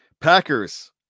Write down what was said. Packers